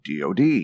DOD